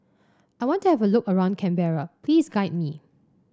I want to have a look around Canberra please guide me